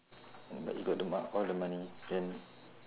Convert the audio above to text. but you got the mo~ all the money then